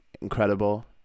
incredible